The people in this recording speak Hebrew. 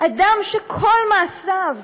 אדם שכל מעשיו,